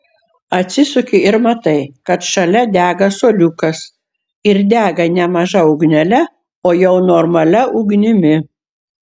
atsisuki ir matai kad šalia dega suoliukas ir dega ne maža ugnele o jau normalia ugnimi